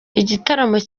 igitaramo